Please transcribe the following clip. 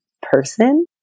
person